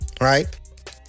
Right